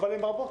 אבל הן רבות,